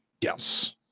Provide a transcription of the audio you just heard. Yes